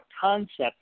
concept